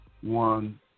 one